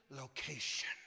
location